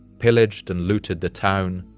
pillaged and looted the town,